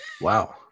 Wow